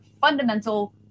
fundamental